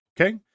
Okay